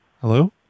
hello